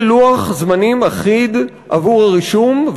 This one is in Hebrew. יהיה לוח זמנים אחיד עבור הרישום,